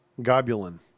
globulin